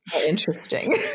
Interesting